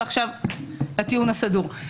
ועכשיו הטיעון הסדור.